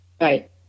Right